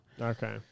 Okay